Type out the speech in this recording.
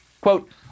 quote